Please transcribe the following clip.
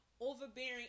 overbearing